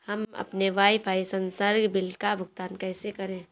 हम अपने वाईफाई संसर्ग बिल का भुगतान कैसे करें?